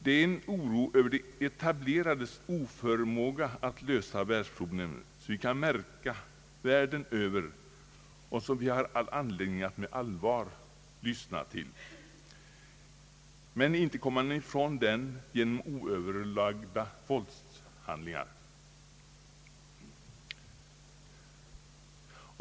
Det är en oro över de etablerades oförmåga att lösa världsproblemen, som vi kan märka världen över, och som vi har all anledning att med allvar lyssna till. Men inte kommer man ifrån den genom oöverlagda våldshandlingar.